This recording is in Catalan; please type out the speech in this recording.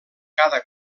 cada